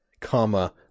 comma